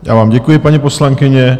Já vám děkuji, paní poslankyně.